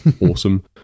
awesome